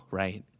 right